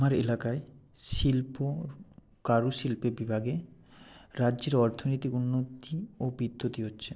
আমার এলাকায় শিল্প কারুশিল্পে বিভাগে রাজ্যের অর্থনৈতিক উন্নতি ও বিদ্ধোতি হচ্ছে